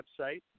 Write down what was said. website